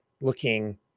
looking